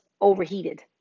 overheated